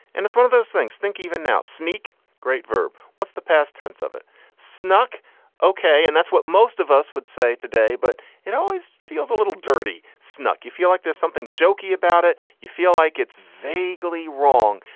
and it's one of those things i think even now. sneek great verb. what's the past tense of it snuck ok. and that's what most of us would say today, but it always feels a little dirty snuck. you feel like there's something jokey about it, you feel like it's vaguely wrong.